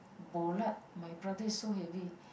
bo lah my brother is so heavy